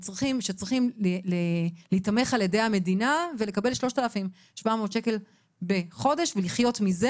צריכים להיתמך על ידי המדינה ולקבל 3,700 שקלים בחודש ולחיות מזה,